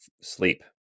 sleep